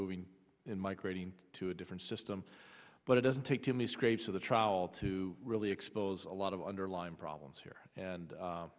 moving in migrating to a different system but it doesn't take to me scrapes of the trial to really expose a lot of underlying problems here and